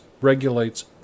regulates